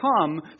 come